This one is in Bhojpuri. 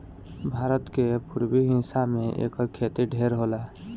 भारत के पुरबी हिस्सा में एकर खेती ढेर होला